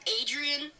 Adrian